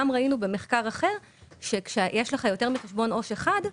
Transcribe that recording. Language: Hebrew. במחקר אחר ראינו שכאשר יש לך יותר מחשבון עו"ש אחד,